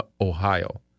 Ohio